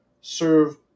serve